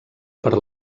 per